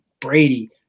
Brady